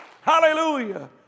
Hallelujah